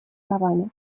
правами